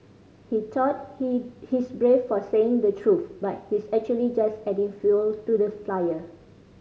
he thought he he's brave for saying the truth but he's actually just adding fuel to the fire